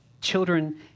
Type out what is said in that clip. children